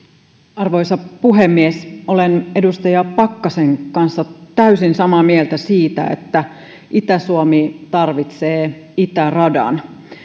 arvoisa puhemies olen edustaja pakkasen kanssa täysin samaa mieltä siitä että itä suomi tarvitsee itäradan